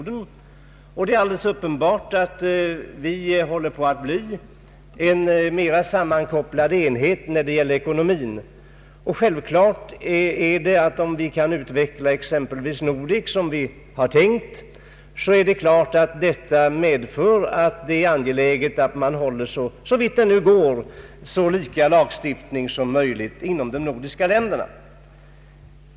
Det är alldeles uppenbart att Norden håller på att bli sammankopplat i fråga om ekonomin. Om vi exempelvis kan utveckla Nordek som vi har tänkt, så är det klart att detta gör det angeläget med en så likartad lagstiftning som möjligt i de nordiska länderna.